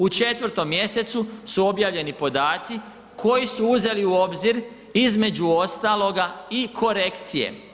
U 4. mjesecu su objavljeni podaci koji su uzeli u obzir između ostaloga i korekcije.